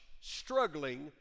struggling